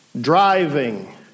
driving